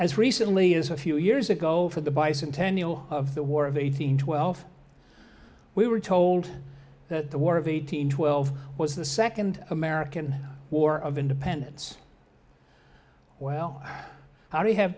as recently as a few years ago for the bicentennial of the war of eighteen twelve we were told that the war of eighteen twelve was the second american war of independence well how do you have